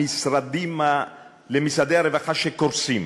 למשרדי הרווחה שקורסים,